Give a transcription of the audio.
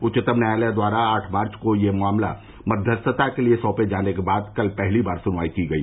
उच्चतम न्यायालय द्वारा आठ मार्च को यह मामला मध्यस्थता के लिए सौंपे जाने के बाद कल पहली बार सुनवाई की गई